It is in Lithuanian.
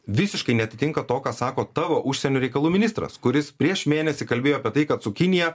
visiškai neatitinka to ką sako tavo užsienio reikalų ministras kuris prieš mėnesį kalbėjo apie tai kad su kinija